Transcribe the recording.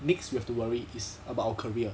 next we have to worry is about our career